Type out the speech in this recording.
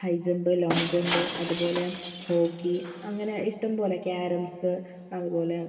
high jump long jump അതുപോലെ hockey അങ്ങനെ ഇഷ്ട്ടം പോലെ ക്യാരംസ് അതുപോലെ